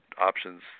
options